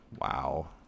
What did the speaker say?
Wow